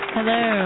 Hello